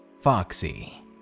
Foxy